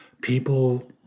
People